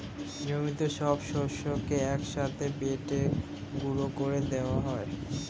জমিতে সব শস্যকে এক সাথে বেটে গুঁড়ো করে দেওয়া হয়